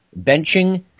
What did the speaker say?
benching